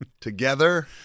together